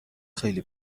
خیلی